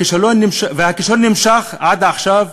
והכישלון נמשך עד עכשיו,